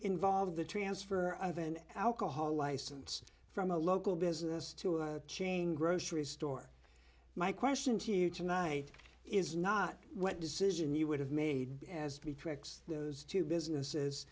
involved the transfer of an alcohol license from a local business to a chain grocery store my question to you tonight is not what decision you would have made as betwixt those two businesses